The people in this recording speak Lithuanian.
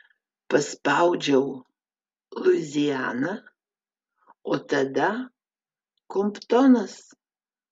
paspaudžiau luiziana o tada komptonas